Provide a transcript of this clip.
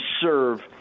serve